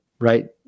right